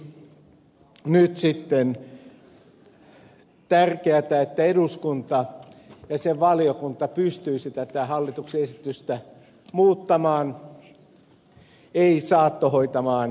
olisi nyt sitten tärkeätä että eduskunta ja sen valiokunta pystyisi tätä hallituksen esitystä muuttamaan ei saattohoitamaan akatemiaa